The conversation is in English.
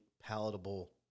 palatable